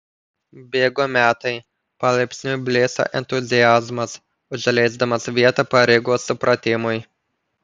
bėgo metai palaipsniui blėso entuziazmas užleisdamas vietą pareigos supratimui